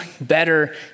better